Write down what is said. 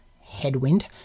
headwind